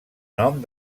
nom